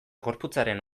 gorputzaren